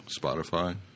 Spotify